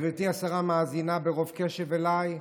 גברתי השרה מאזינה ברוב קשב אליי?